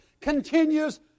continues